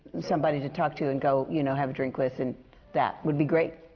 somebody to talk to and go you know, have a drink with, and that would be great.